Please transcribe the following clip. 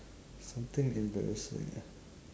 something embarrassing ah